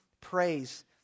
praise